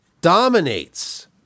dominates